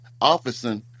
officing